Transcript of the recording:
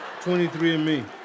23andMe